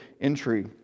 entry